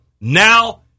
Now